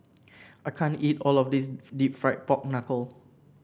I can't eat all of this deep fried Pork Knuckle